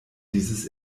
dieses